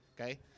Okay